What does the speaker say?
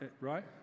right